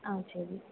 ஆ சரி